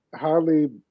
highly